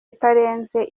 itarenze